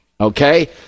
Okay